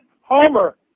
Homer